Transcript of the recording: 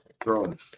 throwing